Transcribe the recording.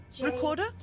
Recorder